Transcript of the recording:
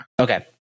Okay